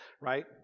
right